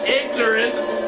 ignorance